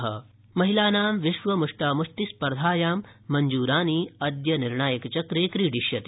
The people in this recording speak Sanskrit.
मुष्टामुष्टि महिलानां विश्व मुष्टामुष्टिस्पर्धायां मञ्जू रानी अद्य निर्णायक चक्रे क्रीडिष्यति